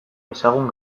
ezagun